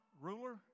ruler